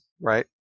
right